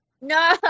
No